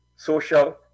social